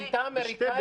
השיטה האמריקאית,